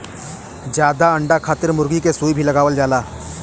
जादा अंडा खातिर मुरगी के सुई भी लगावल जाला